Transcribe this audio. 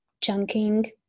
chunking